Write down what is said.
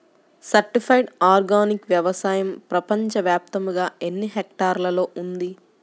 Certified organic వ్యవసాయం ప్రపంచ వ్యాప్తముగా ఎన్నిహెక్టర్లలో ఉంది?